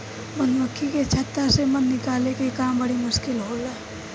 मधुमक्खी के छता से मध निकाले के काम बड़ी मुश्किल होला